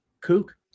kook